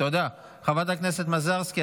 תודה, וחברת הכנסת מזרסקי.